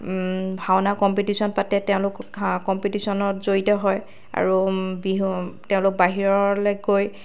ভাওনা competition পাতে তেওঁলোক কম্পিটিশ্যনত জড়িত হয় আৰু বিহু তেওঁলোক বাহিৰলৈ গৈ